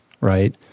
right